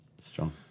Strong